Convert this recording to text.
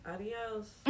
Adios